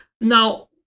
Now